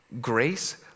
Grace